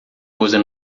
usa